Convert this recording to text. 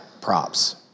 props